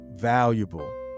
valuable